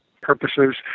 purposes